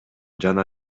жана